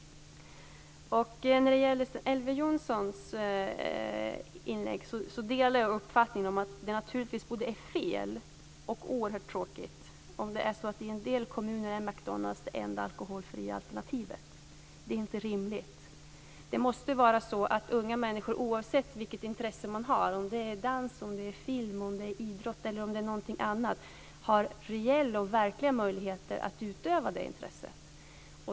När det gäller Elver Jonssons inlägg delar jag uppfattningen att det naturligtvis är både fel och oerhört tråkigt om det enda alkoholfria alternativet i en del kommuner är McDonalds. Det är inte rimligt. Det måste vara så att unga människor, oavsett vilket intresse de har, om det är dans, film, idrott eller någonting annat, har verkliga möjligheter att utöva det intresset.